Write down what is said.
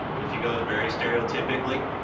if you go very stereotypically.